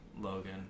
Logan